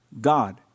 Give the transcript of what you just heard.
God